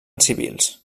civils